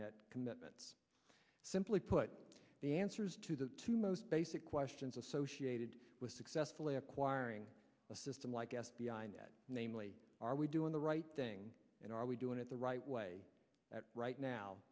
net commitments simply put the answers to the two most basic questions associated with successfully acquiring a system like f b i net namely are we doing the right thing and are we doing it the right way right now